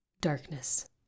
Darkness